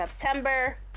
September